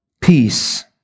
peace